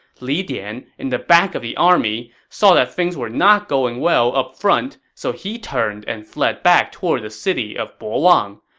li dian, in the back of the army, saw that things were not going well up front, so he turned and fled back toward the city of bo wang.